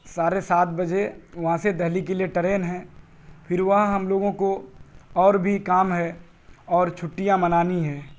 ساڑھے سات بجے وہاں سے دہلی کے لیے ٹرین ہے پھر وہاں ہم لوگوں کو اور بھی کام ہے اور چھٹیاں منانی ہیں